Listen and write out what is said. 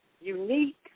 unique